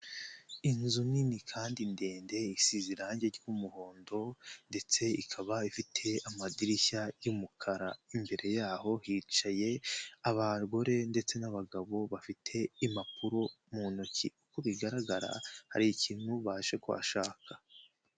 Inzu nini kandi ndende, isize irangi ry'umuhondo ndetse ikaba ifite amadirishya y'umukara. Imbere yaho hicaye abagore ndetse n'abagabo bafite impapuro mu ntoki. Uko bigaragara hari ikintu baje kuhashaka.